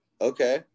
okay